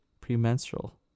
premenstrual